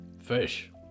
Fish